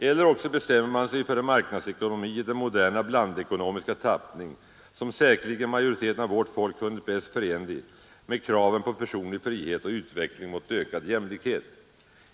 Eller också bestämmer man sig för en marknadsekonomi i den moderna blandekonomiska tappning som säkerligen majoriteten av vårt folk funnit bäst förenlig med kraven på personlig frihet och utveckling mot ökad jämlikhet.